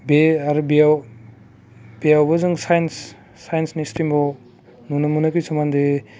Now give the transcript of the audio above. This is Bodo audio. बे आरो बेयाव बेयावबो जों साइन्स साइन्सनि स्ट्रिमखौ नुनो मोनो बे समानदि